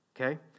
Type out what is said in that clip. okay